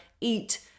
eat